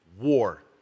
War